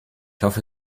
hoffe